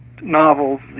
novels